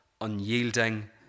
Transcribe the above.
unyielding